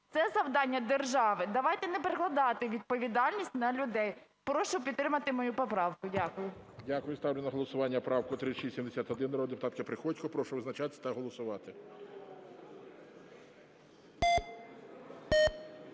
Це завдання держави. Давайте не перекладати відповідальність на людей. Прошу підтримати мою поправку. Дякую. ГОЛОВУЮЧИЙ. Дякую. Ставлю на голосування правку 3671 народної депутатки Приходько. Прошу визначатись та голосувати.